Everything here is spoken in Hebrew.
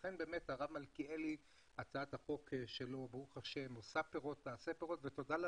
לכן באמת הצעת החוק של הרב מלכיאלי נותנת פירות ותיתן פירות.